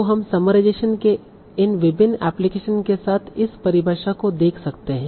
तो हम समराइजेशेन के इन विभिन्न एप्लीकेशन के साथ इस परिभाषा को देख सकते हैं